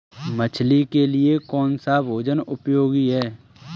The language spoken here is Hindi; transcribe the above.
मछली के लिए कौन सा भोजन उपयोगी है?